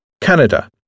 Canada